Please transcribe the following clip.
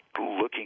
looking